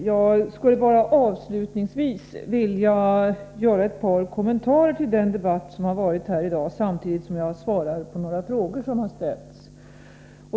Herr talman! Jag skulle avslutningsvis vilja göra ett par kommentarer till den debatt som förts i dag, samtidigt som jag svarar på några frågor som ställts.